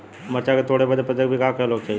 मरचा के तोड़ बदे प्रत्येक बिगहा क लोग चाहिए?